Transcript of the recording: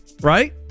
right